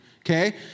Okay